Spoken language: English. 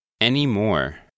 Anymore